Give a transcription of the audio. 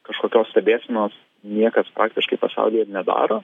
kažkokios stebėsenos niekas faktiškai pasaulyje ir nedaro